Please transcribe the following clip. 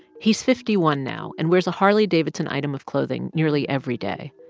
he's fifty one now and wears a harley davidson item of clothing nearly every day.